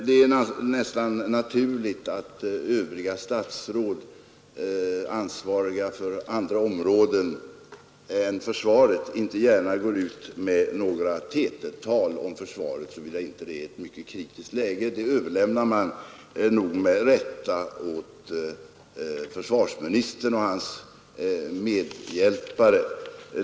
Det är naturligt att statsråd, ansvariga för andra områden än försvaret, inte gärna går ut med några TT-tal om försvaret såvida vi inte befinner oss i ett kritiskt läge. Det överlämnar man nog med rätta åt försvarsministern och hans medhjälpare.